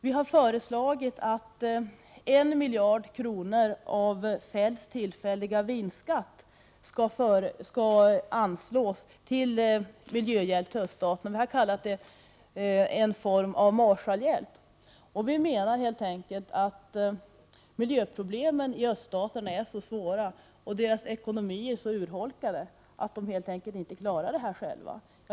Vi har föreslagit att 1 miljard kronor av Feldts tillfälliga vinstskatt skall anslås till miljöhjälp till öststaterna. Vi har kallat detta en form av ”Marshallhjälp”. Öststaternas miljöproblem är så svåra och deras ekonomier så urholkade att de helt enkelt inte klarar detta själva.